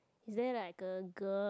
is there like a girl